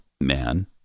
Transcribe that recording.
man